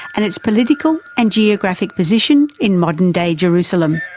and its political and geographic position in modern-day jerusalem.